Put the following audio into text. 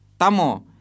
Tamo